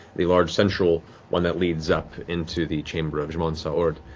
the large central one that leads up into the chamber of j'mon sa ord.